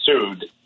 sued